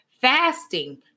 Fasting